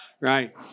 Right